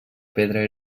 pedra